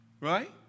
right